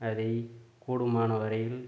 அதை கூடுமானவரையில்